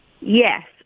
yes